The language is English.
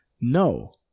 No